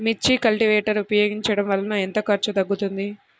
మిర్చి కల్టీవేటర్ ఉపయోగించటం వలన ఎంత ఖర్చు తగ్గుతుంది?